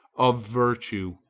of virtue,